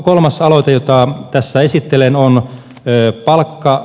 kolmas aloite jota tässä esittelen on palkka